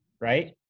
right